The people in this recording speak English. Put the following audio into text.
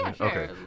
Okay